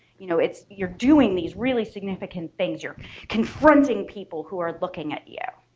you know it's you're doing these really significant things you're confronting people who are looking at you.